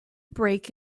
break